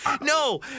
No